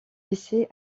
lycée